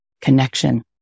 connection